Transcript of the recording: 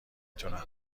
تونم